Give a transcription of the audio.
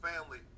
family